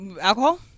alcohol